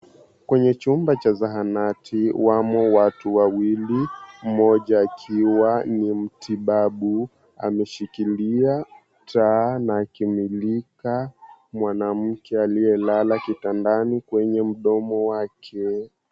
Kwenye chumba cha zahanati, wamo watu wawili, mmoja akiwa ni mtibabu. Ameshikilia taa na akimulika mwanamke aliyelala kitandani kwenye mdomo wake.